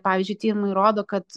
pavyzdžiui tyrimai rodo kad